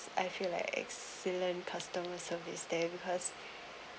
I feel like excellent customer service there because